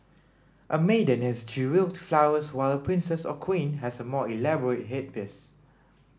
a maiden has jewelled flowers while a princess or queen has a more elaborate headpiece